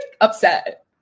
upset